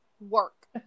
work